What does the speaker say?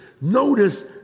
Notice